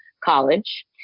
college